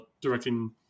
directing